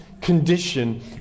condition